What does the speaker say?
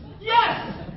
Yes